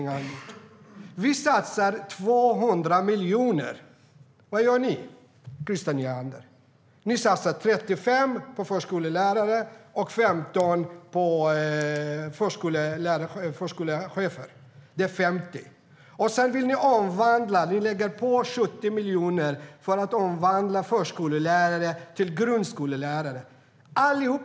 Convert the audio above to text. Vad gör ni, Christer Nylander? Det blir 50 miljoner. Sedan vill ni lägga 70 miljoner på att omvandla förskollärare till grundskollärare.